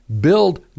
Build